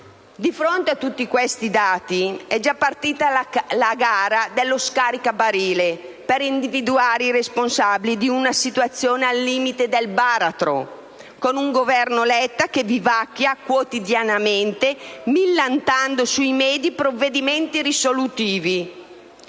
Di fronte a tutti questi dati è già partita la gara dello scaricabarile per individuare i responsabili di una situazione al limite del baratro, con un Governo Letta che vivacchia quotidianamente, millantando sui *media* provvedimenti risolutivi.